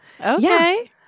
Okay